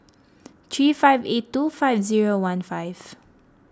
three five eight two five zero one five